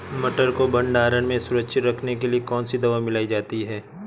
मटर को भंडारण में सुरक्षित रखने के लिए कौन सी दवा मिलाई जाती है?